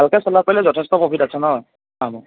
ভালকৈ চলাব পাৰিলে যথেষ্ট প্ৰফিট আছে ন